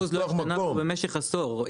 5% לא השתנה פה במשך עשור.